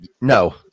no